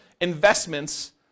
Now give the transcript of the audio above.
investments